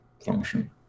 function